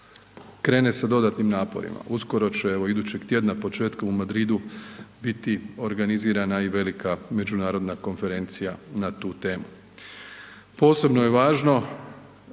krene sa dodatnim naporima, uskoro će evo idućeg tjedna početkom u Madridu biti organizirana i velika Međunarodna konferencija na tu temu. Posebno je važno